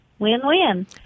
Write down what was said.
Win-win